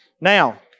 Now